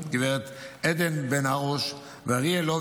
גב' עדן בן ארוש ואריאל לוביק,